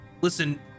Listen